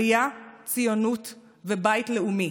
עלייה, ציונות ובית לאומי,